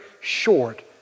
short